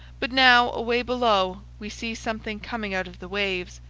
but now, away below, we see something coming out of the waves.